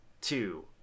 two